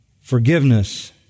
forgiveness